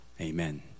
Amen